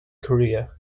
korea